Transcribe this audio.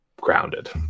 grounded